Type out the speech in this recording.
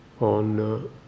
on